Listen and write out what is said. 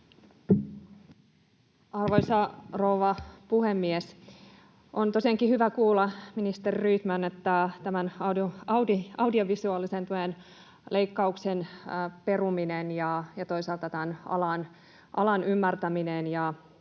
Arvoisa rouva puhemies! On tosiaankin hyvä kuulla, ministeri Rydman, että audiovisuaalisen tuen leikkauksen peruminen ja toisaalta tämän alan ymmärtäminen...